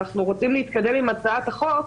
אנחנו רוצים להתקדם עם הצעת החוק,